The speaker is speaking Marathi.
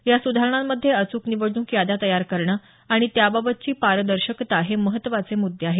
या सुधारणांमध्ये अच्रक निवडणूक याद्या तयार करणे आणि त्याबाबतची पारदर्शकता हे महत्वाचे मुद्दे आहेत